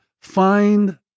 find